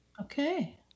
Okay